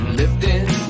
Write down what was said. lifting